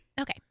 Okay